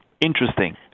interesting